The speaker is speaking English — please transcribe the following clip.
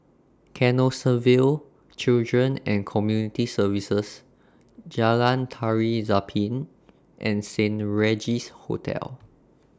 Canossaville Children and Community Services Jalan Tari Zapin and Saint Regis Hotel